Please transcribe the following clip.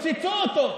רוצצו אותו,